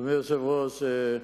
אדוני היושב-ראש,